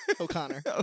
o'connor